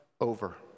over